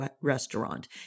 restaurant